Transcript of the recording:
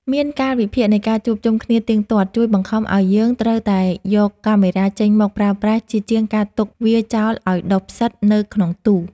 មានកាលវិភាគនៃការជួបជុំគ្នាទៀងទាត់ជួយបង្ខំឱ្យយើងត្រូវតែយកកាមេរ៉ាចេញមកប្រើប្រាស់ជាជាងការទុកវាចោលឱ្យដុះផ្សិតនៅក្នុងទូ។